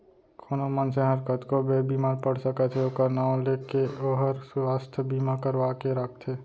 कोनो मनसे हर कतको बेर बीमार पड़ सकत हे ओकर नांव ले के ओहर सुवास्थ बीमा करवा के राखथे